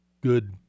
good